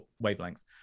wavelength